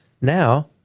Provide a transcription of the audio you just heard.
Now